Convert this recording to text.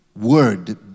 word